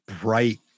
bright